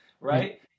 right